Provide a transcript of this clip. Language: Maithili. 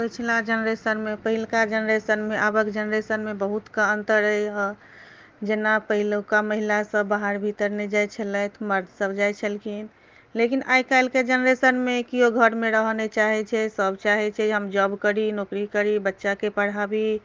पिछला जेनरेशनमे पहिलका जेनरेशनमे आबक जेनरेशनमे बहुत कऽ अन्तर अछि हँ जेना पहिलुका महिला सभ बाहर भीतर नहि जाइत छलथि मर्द सभ जाइत छलखिन लेकिन आइ कल्हिके जेनरेशनमे केओ घरमे रहऽ नइ चाहैत छै सभ चाहैत छै जे हम जोब करि नौकरी करि बच्चाकेँ पढ़ाबी